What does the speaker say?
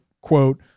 quote